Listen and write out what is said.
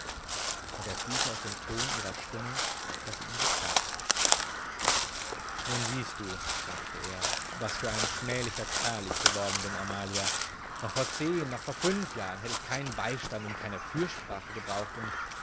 und er fühlte aus dem ton ihrer stimme daß sie ihn beklagte nun siehst du sagte er was für ein schmählicher kerl ich geworden bin amalia noch vor zehn noch vor fünf jahren hätt ich keinen beistand und keine fürsprache gebraucht und